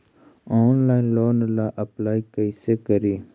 Online loan ला apply कैसे करी?